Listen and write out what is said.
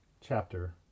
Chapter